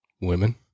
Women